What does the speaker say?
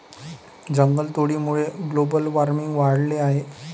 जंगलतोडीमुळे global warming वाढले आहे